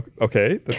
Okay